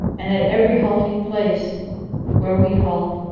and at every halting place where we halt,